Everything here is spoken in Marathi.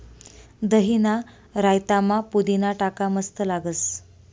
दहीना रायतामा पुदीना टाका मस्त लागस